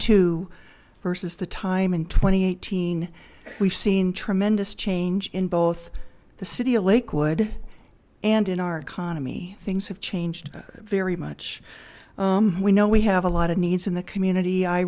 two versus the time in twenty eighteen we've seen tremendous change in both the city a lakewood and in our economy things have changed very much we know we have a lot of needs in the community i